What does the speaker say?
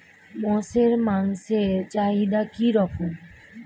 মোষের মাংসের চাহিদা কি রকম?